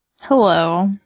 Hello